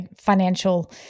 financial